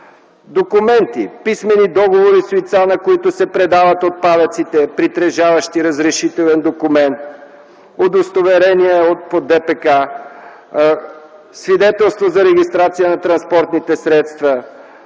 документи – писмени договори с лица, на които се предават отпадъците, притежаващи разрешителен документ, удостоверение по Данъчния процесуален кодекс, свидетелство за регистрация на транспортните средства,